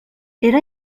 era